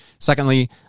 Secondly